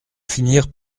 finirent